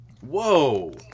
Whoa